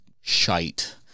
shite